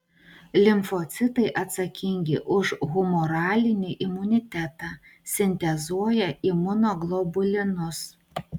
limfocitai atsakingi už humoralinį imunitetą sintezuoja imunoglobulinus